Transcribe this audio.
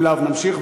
אם לאו, נמשיך.